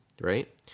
right